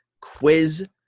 quiz